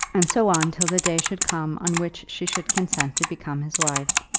and so on till the day should come on which she should consent to become his wife.